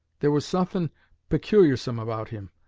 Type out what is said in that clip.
there was suthin' peculiarsome about him.